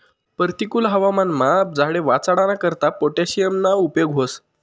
परतिकुल हवामानमा झाडे वाचाडाना करता पोटॅशियमना उपेग व्हस